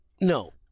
No